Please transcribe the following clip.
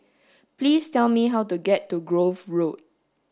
please tell me how to get to Grove Road